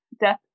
death